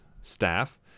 Staff